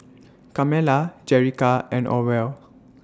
Carmella Jerrica and Orvel